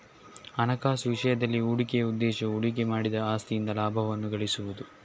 ಹಣಕಾಸು ವಿಷಯದಲ್ಲಿ, ಹೂಡಿಕೆಯ ಉದ್ದೇಶವು ಹೂಡಿಕೆ ಮಾಡಿದ ಆಸ್ತಿಯಿಂದ ಲಾಭವನ್ನು ಗಳಿಸುವುದು